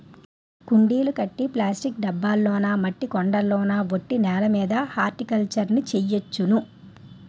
కుండీలు కట్టి ప్లాస్టిక్ డబ్బాల్లోనా మట్టి కొండల్లోన ఒట్టి నేలమీద హార్టికల్చర్ ను చెయ్యొచ్చును